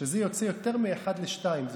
שזה יוצא יותר מאחד לשניים,